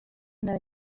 known